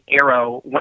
Arrow